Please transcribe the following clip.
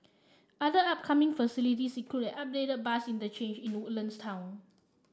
other upcoming facilities include an upgraded bus interchange in Woodlands town